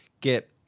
get